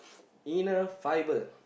inner fibre